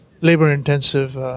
labor-intensive